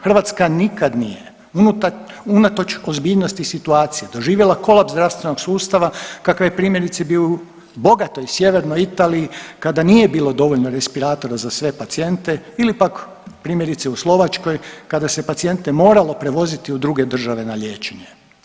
Hrvatska nikad nije unatoč ozbiljnosti situacije doživjela kolaps zdravstvenog sustava kakav je primjerice bio u bogatoj sjevernoj Italiji kada nije bilo dovoljno respiratora za sve pacijente ili pak primjerice u Slovačkoj kada se pacijente moralo prevoziti u druge države na liječenje.